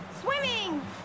Swimming